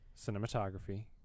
cinematography